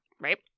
right